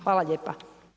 Hvala lijepa.